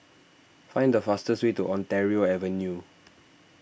find the fastest way to Ontario Avenue